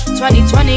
2020